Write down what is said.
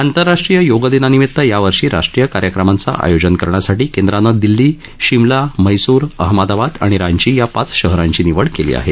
आंतरराष्ट्रीय योग दिनानिमित यावर्षी राष्ट्रीय कार्यक्रमांचं आयोजन करण्यासाठी केंद्रानं दिल्ली शिमला म्हैस्र अहमदाबाद आणि रांची या पाच शहरांची निवड केली आहे